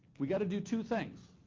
we've got to do two things.